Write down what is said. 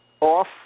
off